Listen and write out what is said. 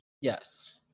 Yes